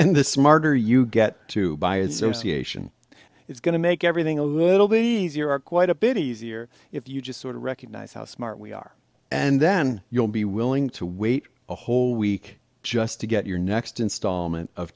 and the smarter you get to by association is going to make everything a little bit easier quite a bit easier if you just sort of recognize how smart we are and then you'll be willing to wait a whole week just to get your next installment of